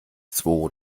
zwo